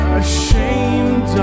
ashamed